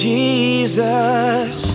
Jesus